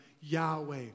Yahweh